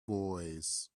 boys